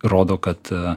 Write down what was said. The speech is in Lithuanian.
rodo kad